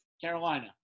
Carolina